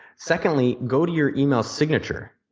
secondly, go to your email signature.